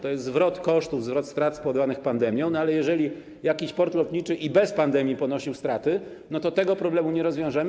To jest zwrot kosztów, zwrot strat spowodowanych pandemią, ale jeżeli jakiś port lotniczy i bez pandemii ponosił straty, to tego problemu nie rozwiążemy.